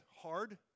hard